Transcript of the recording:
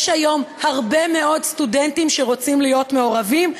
יש היום הרבה מאוד סטודנטים שרוצים להיות מעורבים,